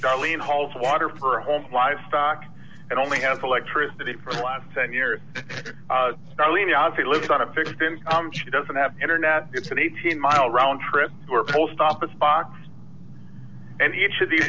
darlene hall's water for home livestock and only has electricity for the last ten years she lives on a fixed she doesn't have internet it's an eighteen mile round trip post office box and each of these